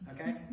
Okay